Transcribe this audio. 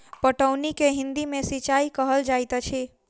पटौनी के हिंदी मे सिंचाई कहल जाइत अछि